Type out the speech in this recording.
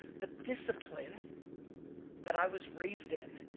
the discipline that i was raised in